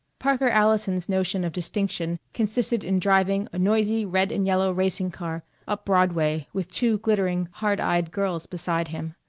parker allison's notion of distinction consisted in driving a noisy red-and-yellow racing-car up broadway with two glittering, hard-eyed girls beside him.